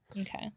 Okay